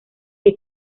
que